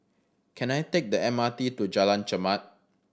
can I take the M R T to Jalan Chermat